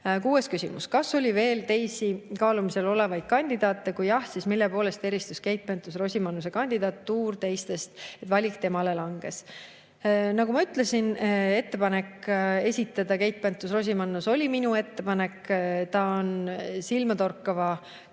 Kuues küsimus: "Kas oli veel teisi kaalumisel olevaid kandidaate? Kui jah, siis mille poolest eristus Keit Pentus-Rosimannuse kandidatuur teistest, et valik temale langes?" Nagu ma ütlesin, ettepanek esitada Keit Pentus-Rosimannus oli minu ettepanek. Ta on silmatorkava töövõimega,